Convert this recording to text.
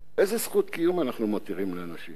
איזו זכות קיום אנחנו מותירים לאנשים?